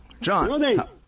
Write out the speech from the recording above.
John